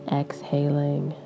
exhaling